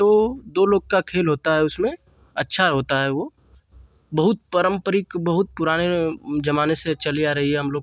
तो दो लोग का खेल होता है उसमें अच्छा होता है वह बहुत पारम्परिक बहुत पुराने ज़माने से चली आ रही है हमलोग